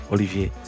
Olivier